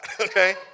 okay